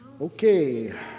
okay